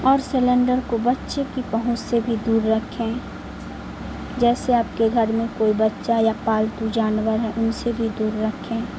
اور سلینڈر کو بچے کی پہنچ سے بھی دور رکھیں جیسے آپ کے گھر میں کوئی بچہ یا پالتو جانور ہیں ان سے بھی دور رکھیں